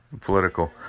political